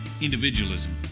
individualism